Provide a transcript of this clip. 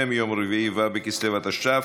לוועדת הכספים.